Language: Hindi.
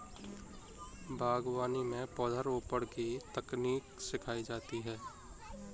बागवानी में पौधरोपण की तकनीक सिखाई जाती है